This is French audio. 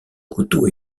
couteau